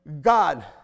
God